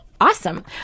Awesome